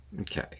Okay